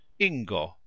Ingo